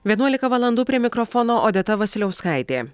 vienuolika valandų prie mikrofono odeta vasiliauskaitė